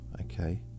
okay